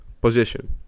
position